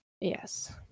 Yes